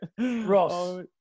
Ross